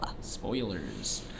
Spoilers